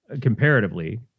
comparatively